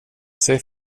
sig